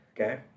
okay